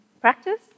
practice